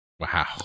Wow